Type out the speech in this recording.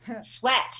Sweat